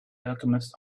alchemist